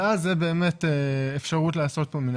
ואז זאת אפשרות פה מיד,